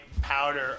powder